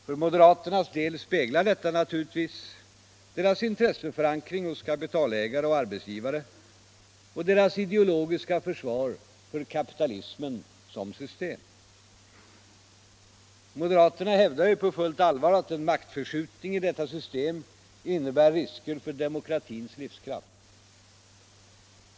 För moderaternas del speglar detta naturligtvis deras intresseförankring hos kapitalägare och arbetsgivare och deras ideologiska försvar för kapitalismen som system. Moderaterna hävdar ju på fullt allvar att en maktförskjutning i detta system innebär risker för demokratins livskraft.